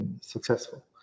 successful